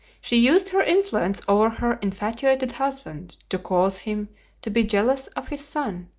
she used her influence over her infatuated husband to cause him to be jealous of his son,